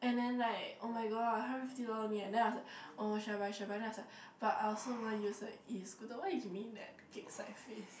and then like [oh]-my-god hundred fifty dollars only leh then I was like oh should I buy should I buy then I was like but I also won't use a E Scooter why you give me that kek-sai face